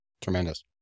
Tremendous